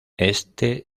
este